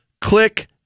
click